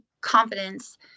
confidence